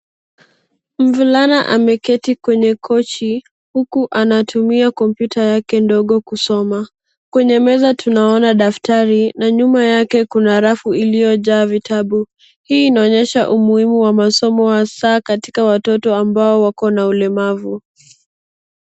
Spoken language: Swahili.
Mvulana ameketi kwenye kochi uku anatumia kompyuta yake ndogo kusoma. Kwenye meza tunaona daftari na nyuma yake kuna rafu iliojaa vitabu. Hii inaonyesha umuhimu wa masomo hasa katika watoto ambao wakona ulemavu.